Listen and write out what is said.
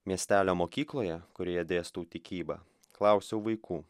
miestelio mokykloje kurioje dėstau tikybą klausiau vaikų